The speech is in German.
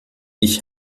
ich